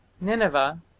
Nineveh